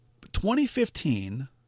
2015